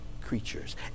creatures